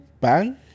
bang